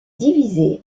divisée